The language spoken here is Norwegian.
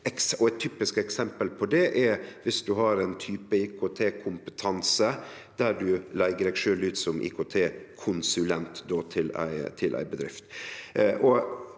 Eit typisk eksempel på det er viss ein har ein type IKT-kompetanse og leiger seg sjølv ut som IKT-konsulent til ei bedrift.